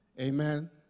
Amen